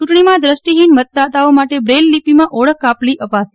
ચૂંટણીમાં દષ્ટિહીન મતદાતાઓ માટે બ્રેઇલ લિપિમાં ઓળખ કાપલી અપાશે